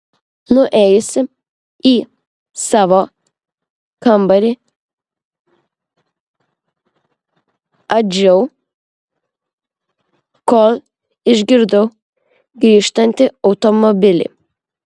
nuėjusi į savo kambarį adžiau kol išgirdau grįžtantį automobilį